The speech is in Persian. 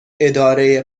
اداره